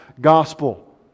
gospel